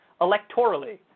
Electorally